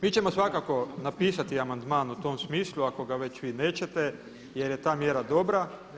Mi ćemo svakako napisati amandman u tom smislu ako ga već vi nećete jer je ta mjera dobra.